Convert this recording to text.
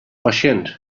pasjint